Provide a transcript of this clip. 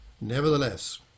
Nevertheless